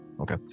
Okay